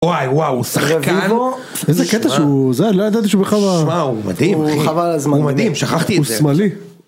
וואי וואו שחקן רביבו איזה קטע שהוא זה לא ידעתי שהוא בכלל וואו וואו הוא מדהים הוא שמאלי.